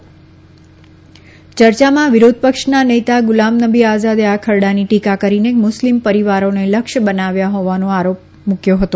યર્યામાં વિરોધપક્ષના નેતા ગુલામનબી આઝાદે આ ખરડાની ટીકા કરીને મુસ્લીમ પરિવારોને લક્ષ્ય બનાવ્યા હોવાનો આરોપ મુક્યો હતો